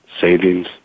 savings